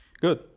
Good